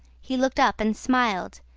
he looked up and smiled,